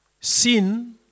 Sin